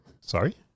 Sorry